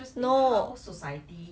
no